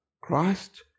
christ